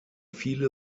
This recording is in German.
viele